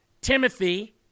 Timothy